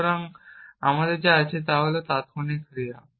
সুতরাং আমাদের যা আছে তা হল তাত্ক্ষণিক ক্রিয়া